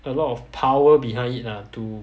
a lot of power behind it lah to